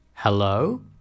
Hello